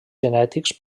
genètics